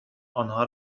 آنها